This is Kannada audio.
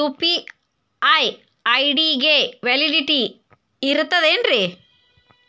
ಯು.ಪಿ.ಐ ಐ.ಡಿ ಗೆ ವ್ಯಾಲಿಡಿಟಿ ಇರತದ ಏನ್ರಿ?